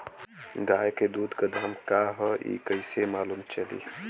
गाय के दूध के दाम का ह कइसे मालूम चली?